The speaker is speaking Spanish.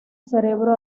cerebro